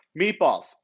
Meatballs